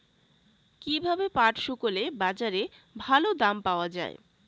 কীভাবে পাট শুকোলে বাজারে ভালো দাম পাওয়া য়ায়?